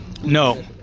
No